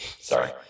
Sorry